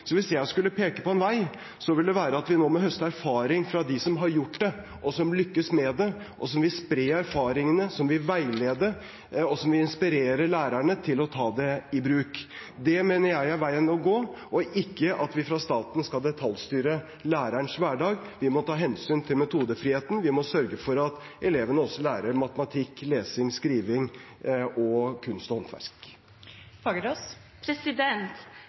Hvis jeg skulle peke på en vei, ville det være at vi nå må høste erfaring fra dem som har gjort det, og som har lyktes med det – og som vil spre erfaringene, som vil veilede, og som vil inspirere lærerne til å ta det i bruk. Det mener jeg er veien å gå – og ikke at vi fra statens side skal detaljstyre lærerens hverdag. Vi må ta hensyn til metodefriheten, vi må sørge for at elevene også lærer matematikk, lesing, skriving og faget kunst og håndverk. Mona Fagerås